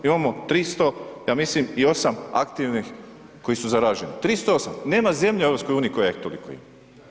Imamo 300 ja mislim i 8 aktivnih koji su zaraženih, 308, nema zemlje u EU koja ih toliko ima.